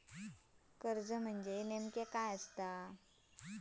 कर्ज म्हणजे नेमक्या काय?